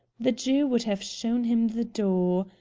the jew would have shown him the door.